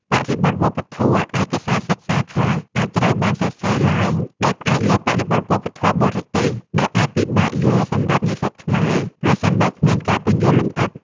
បរិបទវប្បធម៌ ឯកសារសិក្សាខ្លះអាចត្រូវបានសរសេរឡើងដោយផ្អែកលើបរិបទវប្បធម៌បរទេស ដែលអាចពិបាកយល់សម្រាប់និស្សិតខ្មែរ ប្រសិនបើគ្មានការពន្យល់លម្អិត។